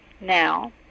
Now